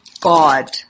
God